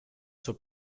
zur